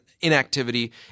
inactivity